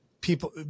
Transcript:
people